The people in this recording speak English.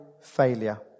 failure